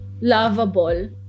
lovable